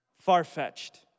far-fetched